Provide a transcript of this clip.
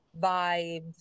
vibes